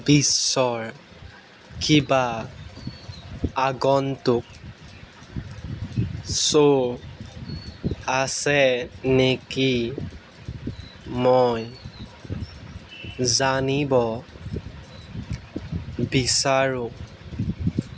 বিশ্বৰ কিবা আগন্তুক শ্ব' আছে নেকি মই জানিব বিচাৰো